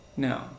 No